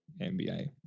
nba